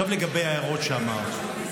עכשיו לגבי ההערות שאמרת.